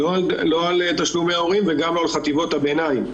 לא על תשלומי ההורים וגם לא על חטיבות הביניים,